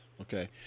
Okay